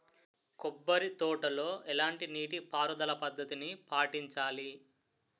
కొబ్బరి తోటలో ఎలాంటి నీటి పారుదల పద్ధతిని పాటించాలి?